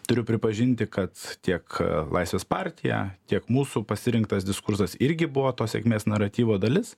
turiu pripažinti kad tiek laisvės partija tiek mūsų pasirinktas diskursas irgi buvo to sėkmės naratyvo dalis